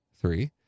three